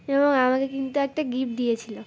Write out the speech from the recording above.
এবং আমাকে কিন্তু একটা গিফট দিয়েছিল